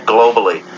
globally